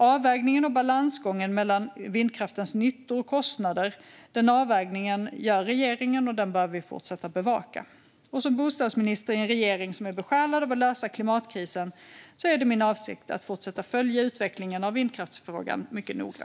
Avvägningen när det gäller balansgången mellan vindkraftens nyttor och kostnader gör regeringen, och den behöver vi fortsätta bevaka. Som bostadsminister i en regering som är besjälad av att lösa klimatkrisen är det min avsikt att fortsätta följa utvecklingen av vindkraftsfrågan mycket noga.